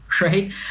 right